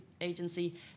Agency